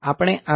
આપણે આ bit A